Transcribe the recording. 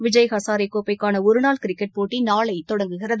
விஜய் ஹசாரே கோப்பக்கான ஒரு நாள் கிரிக்கெட் போட்டி நாளை தொடங்குகிறது